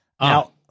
Now